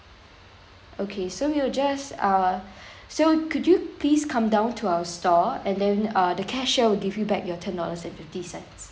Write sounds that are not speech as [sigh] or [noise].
okay so we'll just uh [breath] so could you please come down to our store and then uh the cashier will give you back your ten dollars and fifty cents